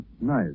nice